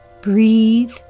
breathe